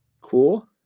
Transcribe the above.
Cool